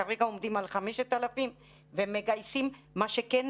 כרגע עומדים על 5,000. מה שכן,